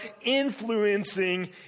influencing